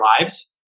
lives